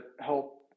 help